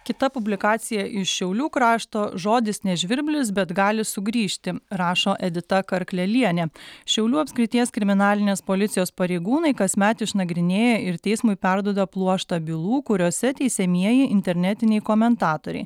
kita publikacija iš šiaulių krašto žodis ne žvirblis bet gali sugrįžti rašo edita karklelienė šiaulių apskrities kriminalinės policijos pareigūnai kasmet išnagrinėja ir teismui perduoda pluoštą bylų kuriose teisiamieji internetiniai komentatoriai